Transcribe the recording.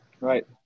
Right